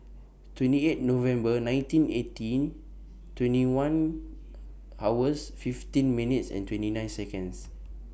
twenty eight November nineteen eighty twenty one hours fifteen minutes twenty nine Seconds